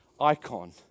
icon